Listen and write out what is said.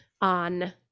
on